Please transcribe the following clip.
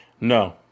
No